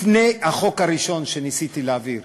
לפני החוק הראשון שניסיתי להעביר